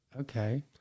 okay